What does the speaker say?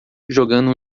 jogando